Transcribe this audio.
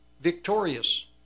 Victorious